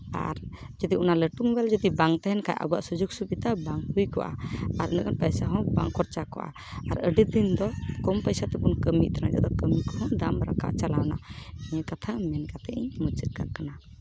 ᱟᱨ ᱡᱩᱫᱤ ᱚᱱᱟ ᱞᱟᱹᱴᱩ ᱢᱳᱵᱟᱭᱤᱞ ᱵᱟᱝ ᱛᱟᱦᱮᱱ ᱠᱷᱟᱡ ᱟᱵᱚᱣᱟᱜ ᱥᱩᱡᱩᱜᱽ ᱥᱩᱵᱤᱫᱟ ᱵᱟᱝ ᱦᱩᱭ ᱠᱚᱜᱼᱟ ᱟᱨ ᱩᱱᱟᱹᱜ ᱜᱟᱱ ᱯᱚᱭᱥᱟ ᱦᱚᱸ ᱵᱟᱝ ᱠᱷᱚᱨᱪᱟ ᱠᱚᱜᱼᱟ ᱟᱨ ᱟᱹᱰᱤ ᱫᱤᱱ ᱫᱚ ᱠᱚᱢ ᱯᱚᱭᱥᱟ ᱛᱮᱵᱚᱱ ᱠᱟᱹᱢᱤᱭᱮᱫ ᱛᱟᱦᱮᱱᱟ ᱱᱮᱛᱟᱨ ᱫᱚ ᱠᱟᱹᱢᱤ ᱠᱚᱦᱚᱸ ᱫᱟᱢ ᱨᱟᱠᱟᱵ ᱪᱟᱞᱟᱣᱮᱱᱟ ᱱᱤᱭᱟᱹ ᱠᱟᱛᱷᱟ ᱢᱮᱱ ᱠᱟᱛᱮᱫ ᱜᱤᱧ ᱢᱩᱪᱟᱹᱫ ᱠᱟᱜ ᱠᱟᱱᱟ